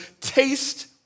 Taste